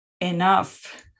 enough